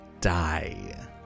die